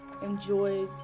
enjoy